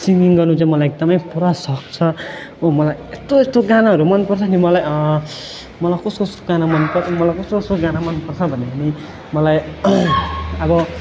singing गर्नु चाहिँ मलाई एकदमै पुरा सोख छ हो मलाई यस्तो यस्तो गानाहरू मनपर्छ नि मलाई मलाई कस्तो कस्तो गाना मन मलाई कस्तो कस्तो गाना मनपर्छ भन्यो भने मलाई अब